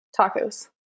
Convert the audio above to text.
Tacos